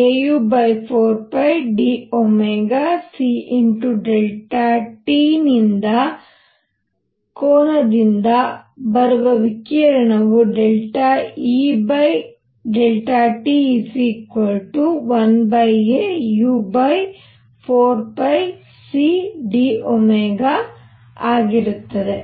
Eau4πdct ನಿಂದ ಕೋನದಿಂದ ಬರುವ ವಿಕಿರಣವು Et1au4πcd ಆಗಿರುತ್ತದೆ